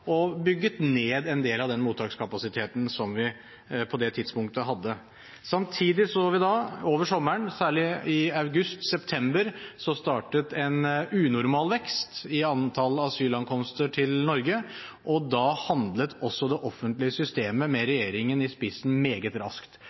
og bygget ned en del av den mottakskapasiteten som vi på det tidspunktet hadde. Samtidig så vi at over sommeren – særlig i august og september – startet en unormal vekst i antall asylankomster til Norge, og da handlet også det offentlige systemet, med regjeringen i spissen, meget raskt.